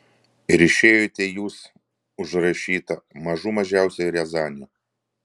ir išėjote jūs užrašyta mažų mažiausiai riazanė